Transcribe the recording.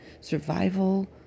survival